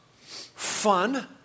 fun